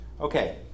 Okay